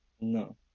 No